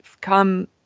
come